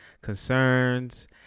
concerns